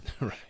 Right